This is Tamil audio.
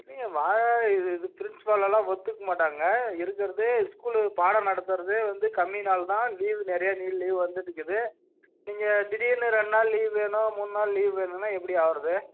இல்லைங்க இது இது பிரின்ஸ்பாலெல்லாம் ஒத்துக்க மாட்டாங்க இருக்கிறதே ஸ்கூலு பாடம் நடத்துவதே வந்து கம்மி நாள் தான் லீவு நிறையா லீவ் வந்திருக்குது நீங்கள் திடீர்னு ரெண்டு நாள் லீவ் வேணும் மூணு நாள் லீவு வேணும்னா எப்படி ஆகிறது